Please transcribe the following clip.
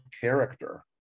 character